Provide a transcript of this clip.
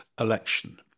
election